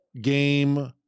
game